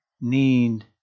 need